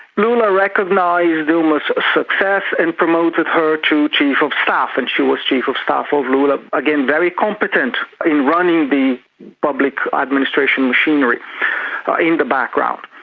lula recognised dilma's success and promoted her to chief of staff and she was chief of staff of lula, again very competent in running the public administration machinery in the background.